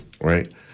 right